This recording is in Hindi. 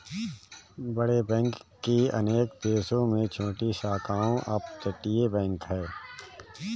बड़े बैंक की अनेक देशों में छोटी शाखाओं अपतटीय बैंक है